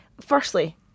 Firstly